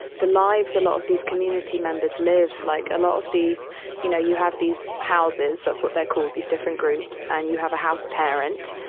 the lives a lot of these community members live like a lot of these you know, you have these houses. that's what they're called, these different groups. and you have a house parent.